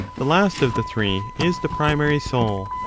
the last of the three is the primary soul,